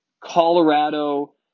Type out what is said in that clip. Colorado